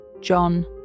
John